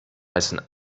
heißen